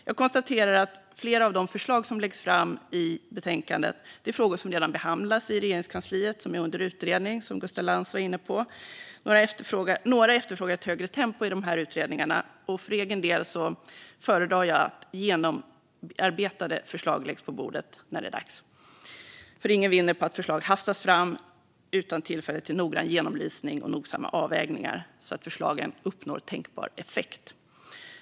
Jag konstaterar att flera av de förslag som läggs fram i betänkandet är frågor som redan behandlas i Regeringskansliet och som är under utredning, vilket Gustaf Lantz var inne på. Några efterfrågar ett högre tempo i de här utredningarna. För egen del föredrar jag att genomarbetade förslag läggs på bordet när det är dags. Ingen vinner på att förslag hastas fram utan tillfälle till noggrann genomlysning och nogsamma avvägningar så att förslagen uppnår tänkt effekt.